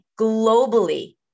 globally